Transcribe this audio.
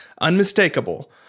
Unmistakable